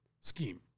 scheme